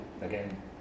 again